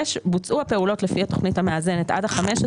(6)בוצעו הפעולות לפי התוכנית המאזנת עד ה-15